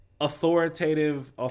authoritative